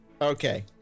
Okay